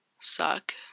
suck